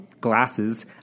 glasses